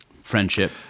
friendship